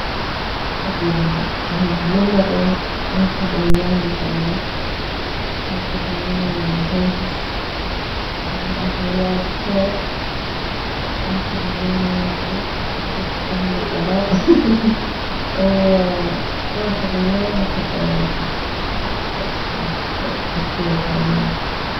اعتقد اذا للمريخ اخذ ويايه فلاح واخذ ويايه مهندس واخذ ويايه دكتور واخذ ويايه واحد يفتهم بالفضاء ههه واخذ ويايه واحد بايولوجي يعني حسب تفكيري حاليا